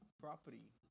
property